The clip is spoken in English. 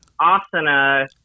asana